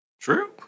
True